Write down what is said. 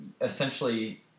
essentially